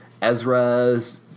Ezra's